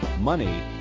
money